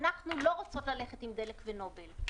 אנחנו לא רוצות ללכת עם דלק ונובל,